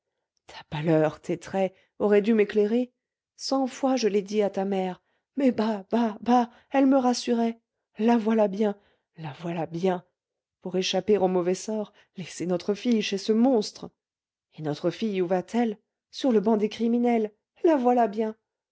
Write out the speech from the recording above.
ta pâleur tes traits auraient dû m'éclairer cent fois je l'ai dit à ta mère mais bah bah bah elle me rassurait la voilà bien la voilà bien pour échapper au mauvais sort laisser notre fille chez ce monstre et notre fille où va-t-elle sur le banc des criminels la voilà bien